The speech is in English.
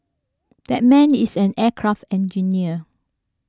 that man is an aircraft engineer